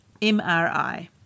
MRI